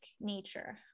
nature